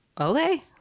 Okay